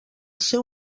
seu